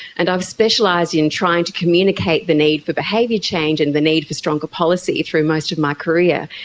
and i've specialised in trying to communicate the need for behaviour change and the need for stronger policy through most of my career.